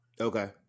Okay